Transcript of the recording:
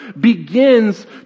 begins